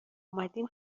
اومدیم